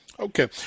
Okay